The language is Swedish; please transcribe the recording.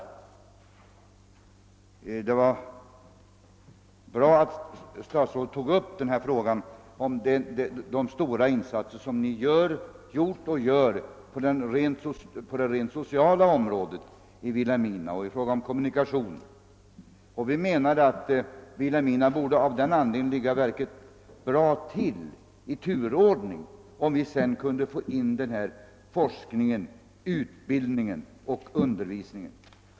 Det var bra att statsrådet tog upp frågan om de stora insatser som regeringen har gjort och gör på det rent sociala området och i fråga om kommunikationer i Vilhelmina. Vi ansåg att Vilhelmina av den anledningen borde ligga bra till i turordningen, om vi sedan kunde få in forskning och utbildning.